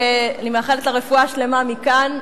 שאני מאחלת לה רפואה שלמה מכאן,